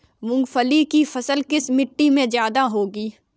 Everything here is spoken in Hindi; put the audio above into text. मूंगफली की फसल किस मिट्टी में ज्यादा होगी?